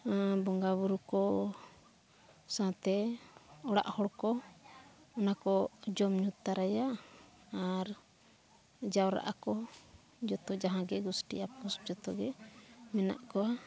ᱵᱚᱸᱜᱟ ᱵᱩᱨᱩ ᱠᱚ ᱥᱟᱶᱛᱮ ᱚᱲᱟᱜ ᱦᱚᱲ ᱠᱚ ᱚᱱᱟ ᱠᱚ ᱡᱚᱢᱼᱧᱩ ᱛᱚᱨᱟᱭᱟ ᱟᱨ ᱡᱟᱣᱨᱟᱜᱼᱟᱠᱚ ᱡᱚᱛᱚ ᱡᱟᱦᱟᱸᱜᱮ ᱜᱩᱥᱴᱤ ᱟᱯᱩᱥ ᱡᱚᱛᱚᱜᱮ ᱢᱮᱱᱟᱜ ᱠᱚᱣᱟ